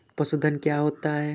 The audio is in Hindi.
पशुधन क्या होता है?